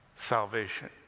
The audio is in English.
salvation